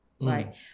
right